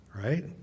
right